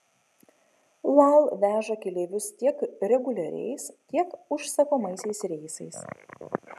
lal veža keleivius tiek reguliariaisiais tiek užsakomaisiais reisais